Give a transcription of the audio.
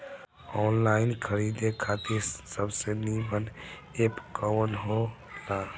Online खरीदे खातिर सबसे नीमन एप कवन हो ला?